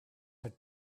had